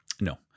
No